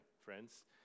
friends